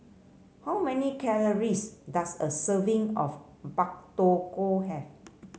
how many calories does a serving of Pak Thong Ko have